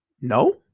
no